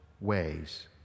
ways